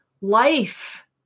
life